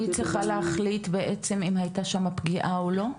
היא צריכה להחליט בעצם אם הייתה שם פגיעה או לא?